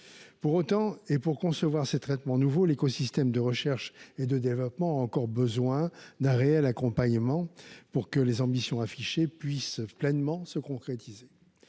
Pour autant, pour concevoir ces traitements nouveaux, l’écosystème de recherche et de développement a encore besoin d’un réel accompagnement pour que les ambitions affichées puissent pleinement se concrétiser.